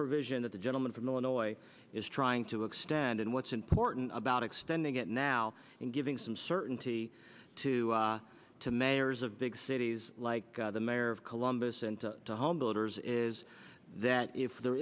provision that the gentleman from illinois is trying to extend and what's important about extending it now and giving some certainty to to mayors of big cities like the mayor of columbus and the homebuilders is that if there